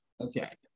Okay